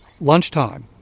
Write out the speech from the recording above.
Lunchtime